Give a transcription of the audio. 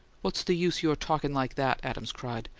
what's the use your talking like that? adams cried.